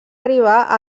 arribar